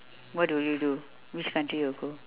what will you do which country you will go